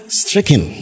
stricken